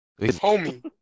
Homie